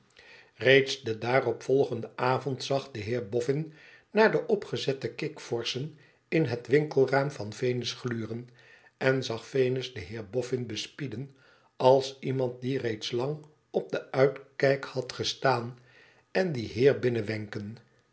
reeds de daarop volgende avond zag den heer boffin naar de opgezette kikvorschen in het winkelraam van venus gluren en zag venus den heer bofhn bespieden als iemand die reeds lang op den uitkijk had gestaan en dien heer